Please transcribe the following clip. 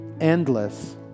endless